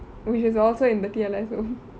which is also in the T_L_S so